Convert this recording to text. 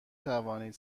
توانید